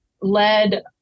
led